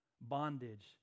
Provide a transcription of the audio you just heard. bondage